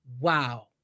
wow